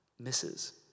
Misses